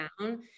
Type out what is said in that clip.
down